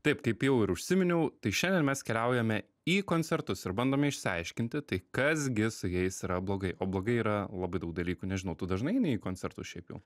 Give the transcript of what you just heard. taip kaip jau ir užsiminiau tai šiandien mes keliaujame į koncertus ir bandome išsiaiškinti tai kas gi su jais yra blogai o blogai yra labai daug dalykų nežinau tu dažnai eini į koncertus šiaip jau